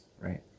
right